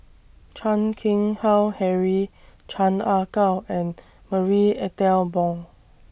Chan Keng Howe Harry Chan Ah Kow and Marie Ethel Bong